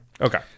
Okay